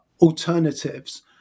alternatives